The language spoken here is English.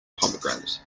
pomegranate